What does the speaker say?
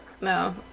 No